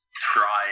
try